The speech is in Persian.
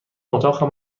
اتاقم